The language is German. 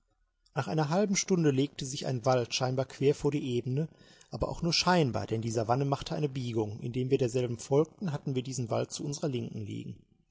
nach einer halben stunde legte sich ein wald scheinbar quer vor die ebene aber auch nur scheinbar denn die savanne machte eine biegung indem wir derselben folgten hatten wir diesen wald zu unserer linken liegen